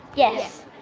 yes.